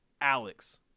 Alex